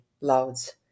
Louds